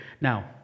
now